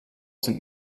sind